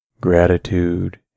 Gratitude